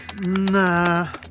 nah